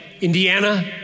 Indiana